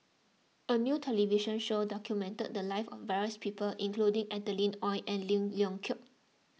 a new television show documented the lives of various people including Adeline Ooi and Lim Leong Geok